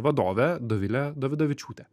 vadovę dovilę dovidavičiūtę